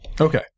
okay